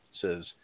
says